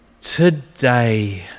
Today